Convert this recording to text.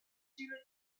viele